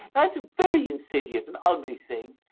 that's a very insidious and ugly thing,